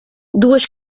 duas